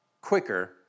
quicker